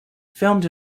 filmed